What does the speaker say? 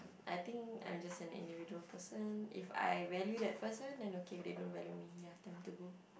I think I am just an individual person if I value that person then okay if they don't value me ya time to go